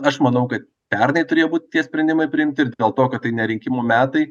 aš manau kad pernai turėjo būt tie sprendimai priimti ir dėl to kad tai ne rinkimų metai